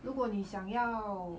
如果你想要